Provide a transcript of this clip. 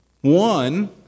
One